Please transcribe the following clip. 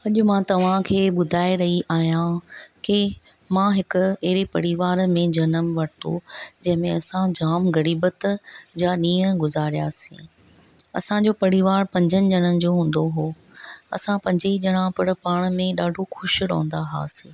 अॼु मां तव्हांखे ॿुधाए रही आहियां कि मां हिक अहिड़े परिवार में जन्म वरितो जंहिंमें असां जाम ग़रीबत जा ॾींहं गुजारियासीं असांजो परिवार पंजनि ॼणनि जो हूंदो हुओ असां पंजई ॼणा पिणु पाण में ॾाढो ख़ुशि रहंदा हुआसीं